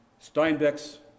Steinbeck's